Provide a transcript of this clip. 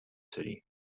city